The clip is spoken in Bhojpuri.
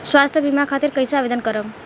स्वास्थ्य बीमा खातिर कईसे आवेदन करम?